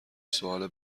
سوال